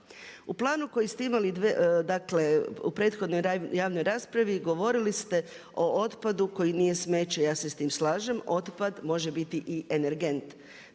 U planu koji ste imali dakle u protekloj javnoj raspravi govorili ste o otpadu koji nije smeće, ja se s tim slažem. Otpad može biti i energent.